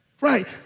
Right